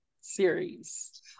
series